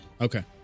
okay